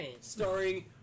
starring